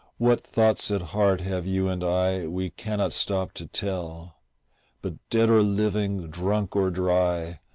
what thoughts at heart have you and i we cannot stop to tell but dead or living, drunk or dry,